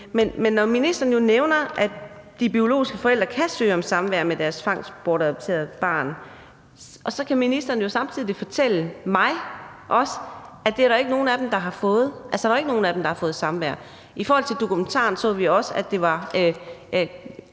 men når ministeren nu nævner, at de biologiske forældre kan søge om samvær med deres tvangsbortadopterede barn, så kan ministeren jo samtidig fortælle mig og os, at det er der ikke nogen af dem der har fået; altså, der er jo ikke nogen af dem, der har